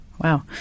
Wow